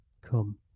Come